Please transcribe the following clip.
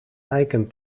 eiken